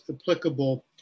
applicable